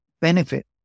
benefit